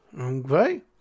Okay